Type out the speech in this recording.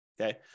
Okay